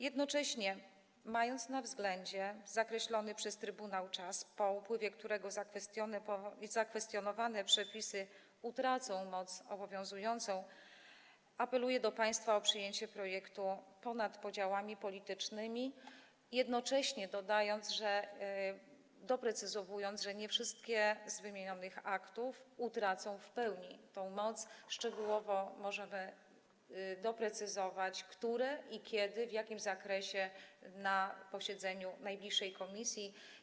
Jednocześnie, mając na względzie zakreślony przez trybunał czas, po upływie którego zakwestionowane przepisy utracą moc obowiązującą, apeluję do państwa o przyjęcie projektu ponad podziałami politycznymi, jednocześnie dodając, doprecyzowując, że nie wszystkie z wymienionych aktów utracą w pełni tę moc, możemy szczegółowo doprecyzować które, kiedy i w jakim zakresie na posiedzeniu najbliższej komisji.